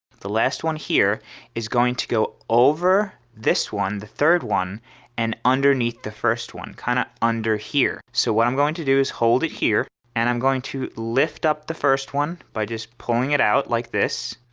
the last one here is going to go over this one the third one and underneath the first one kind of under here. so what i'm going to do is hold it here and i'm going to lift up the first one by just pulling it out like this.